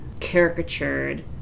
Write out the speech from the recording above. caricatured